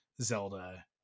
Zelda